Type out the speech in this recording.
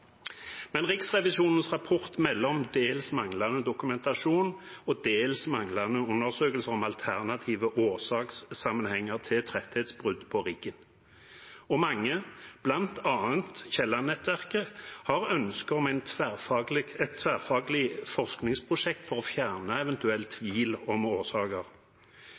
Men Riksrevisjonens rapport melder om dels manglende dokumentasjon og dels manglende undersøkelser av alternative årsakssammenhenger til tretthetsbrudd på riggen. Mange, bl.a. Kielland-nettverket, har ønske om et tverrfaglig forskningsprosjekt for å fjerne eventuell tvil om årsaker.